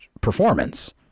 performance